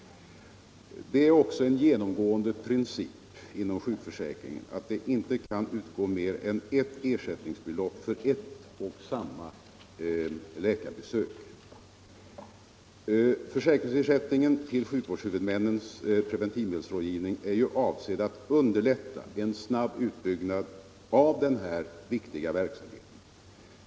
Det är också en 17 genomgående princip inom sjukförsäkringen att det inte kan utgå mer än ett ersättningsbelopp för ett och samma läkarbesök. Försäkringsersättningen till sjukvårdshuvudmännens preventivmedelsrådgivning är avsedd att underlätta en snabb utbyggnad av denna viktiga verksamhet.